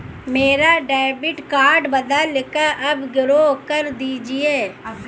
मेरा debit card बदलकर upgrade कर दीजिए